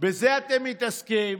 בזה אתם מתעסקים,